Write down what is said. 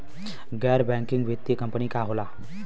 गैर बैकिंग वित्तीय कंपनी का होला?